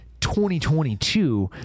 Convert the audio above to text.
2022